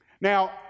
Now